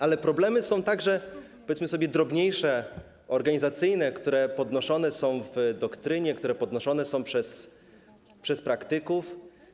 Ale problemy są także, powiedzmy sobie, drobniejsze, organizacyjne, które podnoszone są w doktrynie, które podnoszone są przez praktyków.